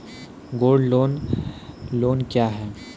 Gold loan loan क्या हैं?